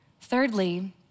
Thirdly